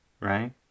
right